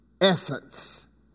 essence